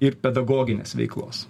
ir pedagoginės veiklos